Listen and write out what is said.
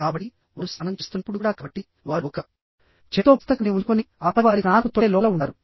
కాబట్టి వారు స్నానం చేస్తున్నప్పుడు కూడా కాబట్టి వారు ఒక చేత్తో పుస్తకాన్ని ఉంచుకుని ఆపై వారి స్నానపు తొట్టె లోపల ఉంటారు